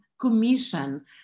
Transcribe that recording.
commission